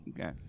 Okay